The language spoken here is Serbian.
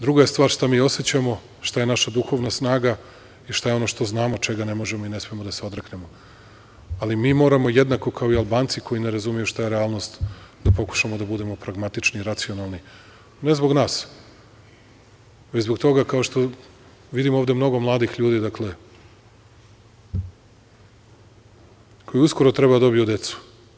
Druga je stvar šta mi osećamo, šta je naša duhovna snaga i šta je ono što znamo čega ne možemo i ne smemo da se odreknemo, ali mi moramo jednako, kao i Albanci koji ne razumeju šta je realnost da pokušamo da budemo pragmatični, racionalni, ne zbog nas, već zbog toga, kao što vidimo ovde mnogo mladih ljudi koji uskoro treba da dobiju decu.